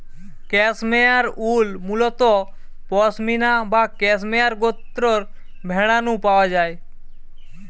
cashmere wool মুলত পসমিনা বা cashmere গোত্রর ভেড়া নু পাওয়া যায়